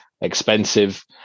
expensive